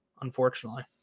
unfortunately